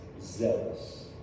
zealous